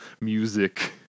music